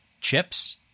chips